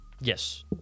Yes